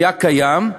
היה קיים,